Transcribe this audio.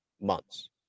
months